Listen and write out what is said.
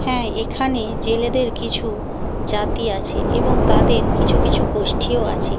হ্যাঁ এখানে জেলেদের কিছু জাতি আছে এবং তাদের কিছু কিছু গোষ্ঠীও আছে